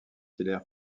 hilaire